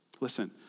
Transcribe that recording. Listen